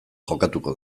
jokatuko